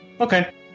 Okay